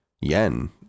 yen